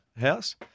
house